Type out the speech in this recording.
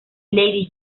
lady